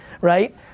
right